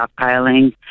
stockpiling